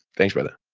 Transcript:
thanks brother.